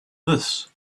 this